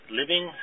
living